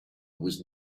was